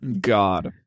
God